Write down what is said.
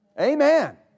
Amen